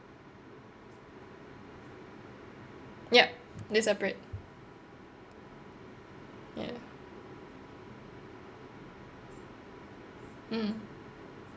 yup they separate yeah mm